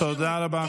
תודה רבה.